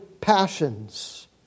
passions